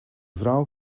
vrouw